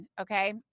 Okay